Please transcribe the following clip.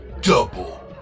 double